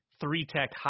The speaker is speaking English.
three-tech